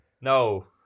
No